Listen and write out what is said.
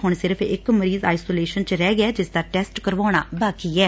ਹੁਣ ਸਿਰਫ਼ ਇਕ ਮਰੀਜ਼ ਆਈਸੋਲੇਸ਼ਨ ਚ ਰਹਿ ਗਿਐ ਜਿਸਦਾ ਟੈਸਟ ਕਰਾਉਣਾ ਬਾਕੀ ਐ